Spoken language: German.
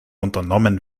unternommen